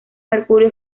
mercurio